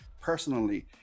personally